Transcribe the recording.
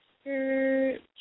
skirt